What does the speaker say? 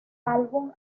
álbum